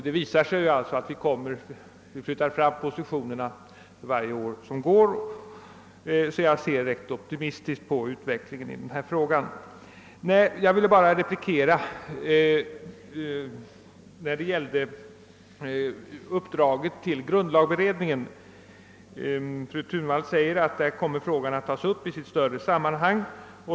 Det visar sig att vi varje år flyttar fram positionerna, och jag ser därför ganska optimistiskt på frågan. Jag vill nu bara replikera beträffande uppdraget till grundlagberedningen. Fru Thunvall säger att frågan där kommer att tas upp i ett större sammanhang.